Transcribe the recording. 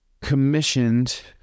commissioned